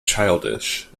childish